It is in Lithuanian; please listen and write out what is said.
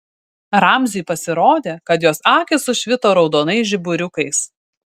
ramziui pasirodė kad jos akys sušvito raudonais žiburiukais